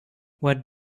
what